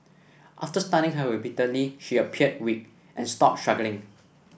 after stunning her repeatedly she appeared weak and stopped struggling